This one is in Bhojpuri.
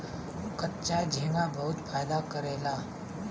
कच्चा झींगा बहुत फायदा करेला